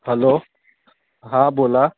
hello हां बोला